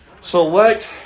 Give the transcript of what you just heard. select